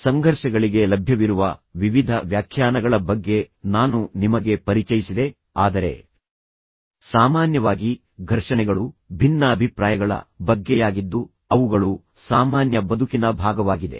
ಸಂಘರ್ಷಗಳಿಗೆ ಲಭ್ಯವಿರುವ ವಿವಿಧ ವ್ಯಾಖ್ಯಾನಗಳ ಬಗ್ಗೆ ನಾನು ನಿಮಗೆ ಪರಿಚಯಿಸಿದೆ ಆದರೆ ಸಾಮಾನ್ಯವಾಗಿ ಘರ್ಷಣೆಗಳು ಭಿನ್ನಾಭಿಪ್ರಾಯಗಳ ಹೋರಾಟಗಳ ಜಗಳಗಳ ಬಗ್ಗೆಯಾಗಿದ್ದು ಅವುಗಳು ಸಾಮಾನ್ಯ ಬದುಕಿನ ಭಾಗವಾಗಿದೆ